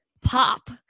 pop